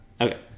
Okay